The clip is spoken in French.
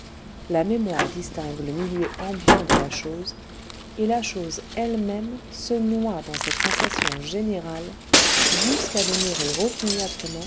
la mémoire distingue le milieu ambiant de la chose et la chose elle-même se noie dans cette sensation générale jusqu'à demeurer